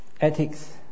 Ethics